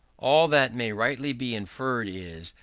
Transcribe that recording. all that may rightly be inferred is,